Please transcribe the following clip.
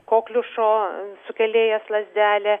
kokliušo sukėlėjas lazdelė